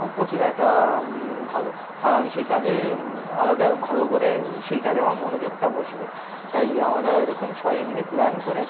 এবং প্রচুর একটা ভালো আর আমি সেই কাজে আলাদা ভালো করে সেই কাজে আমার মনোযোগটা বসবে তাই আমরা এরকম সবাই মিলে প্ল্যান করে